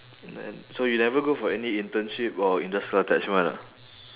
then so you never go for any internship or industrial attachment ah